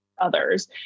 others